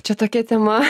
čia tokia tema